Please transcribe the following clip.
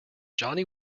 johnny